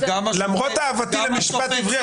למרות אהבתי למשפט עברי,